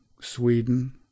Sweden